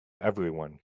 everyone